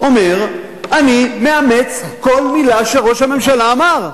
אומר: אני מאמץ כל מלה שראש הממשלה אמר.